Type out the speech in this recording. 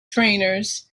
trainers